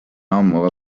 ammu